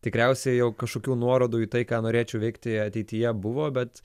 tikriausiai jau kažkokių nuorodų į tai ką norėčiau veikti ateityje buvo bet